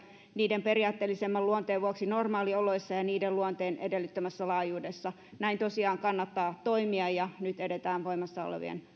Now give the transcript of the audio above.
niiden periaatteellisemman luonteen vuoksi normaalioloissa ja niiden luonteen edellyttämässä laajuudessa näin tosiaan kannattaa toimia ja nyt edetään voimassa